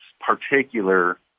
particular